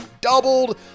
doubled